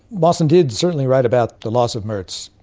mawson did certainly write about the loss of mertz,